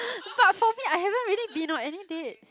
but for me I haven't really been on any dates